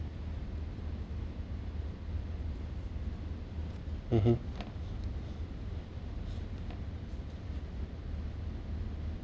mmhmm